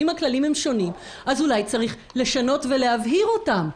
אם הכללים הם שונים אז אולי צריך לשנות ולהבהיר אותם.